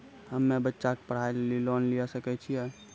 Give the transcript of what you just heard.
हम्मे बच्चा के पढ़ाई लेली लोन लिये सकय छियै?